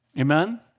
Amen